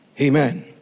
Amen